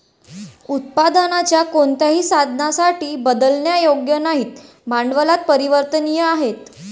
उत्पादनाच्या कोणत्याही साधनासाठी बदलण्यायोग्य नाहीत, भांडवलात परिवर्तनीय नाहीत